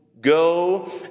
go